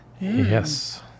Yes